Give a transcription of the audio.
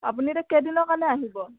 আপুনি এতিয়া কেইদিনৰ কাৰণে আহিব